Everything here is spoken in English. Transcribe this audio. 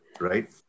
right